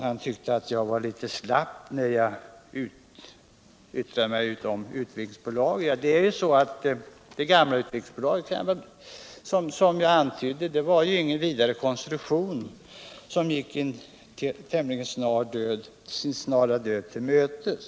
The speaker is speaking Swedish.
Han tyckte att jag var litet slapp när jag uttalade mig om utvecklingsbolagen. Ja, det gamla utvecklingsbolagets konstruktion var ju inte så bra. Det bolaget gick ju också sin tämligen snara död till mötes.